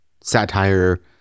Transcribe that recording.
satire